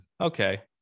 okay